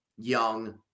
Young